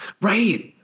Right